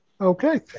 Okay